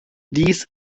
dies